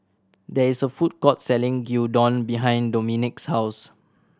there is a food court selling Gyudon behind Dominque's house